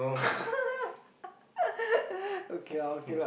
okay lah okay lah